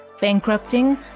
Bankrupting